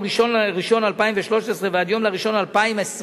1 בינואר 2013 ועד יום 1 בינואר 2021,